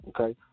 Okay